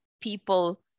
people